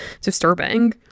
disturbing